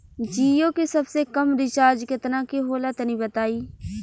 जीओ के सबसे कम रिचार्ज केतना के होला तनि बताई?